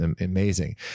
amazing